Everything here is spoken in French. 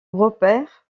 robert